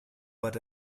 but